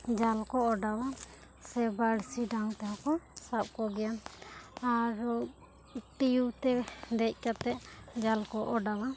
ᱡᱟᱞ ᱠᱚ ᱚᱰᱟᱣᱟ ᱥᱮ ᱵᱟᱹᱲᱥᱤ ᱰᱟᱝ ᱛᱮ ᱦᱚᱸ ᱠᱚ ᱥᱟᱵ ᱠᱚ ᱜᱮᱭᱟ ᱟᱨ ᱦᱚᱸ ᱴᱤᱭᱩ ᱛᱮ ᱫᱮᱡ ᱠᱟᱛᱮ ᱡᱟᱞ ᱠᱚ ᱚᱰᱟᱣᱟ